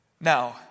Now